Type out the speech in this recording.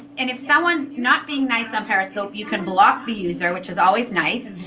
and if someone is not being nice on periscope you can block the user, which is always nice.